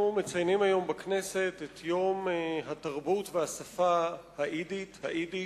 אנחנו מציינים היום בכנסת את יום תרבות האידיש והיידיש.